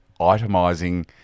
itemizing